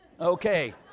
Okay